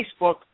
Facebook